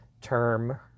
term